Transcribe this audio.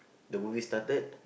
the movie started